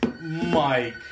Mike